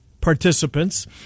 participants